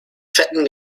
fetten